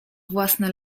własne